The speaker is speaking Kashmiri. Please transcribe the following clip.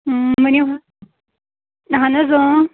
ؤنو حظ اہن حظ اۭں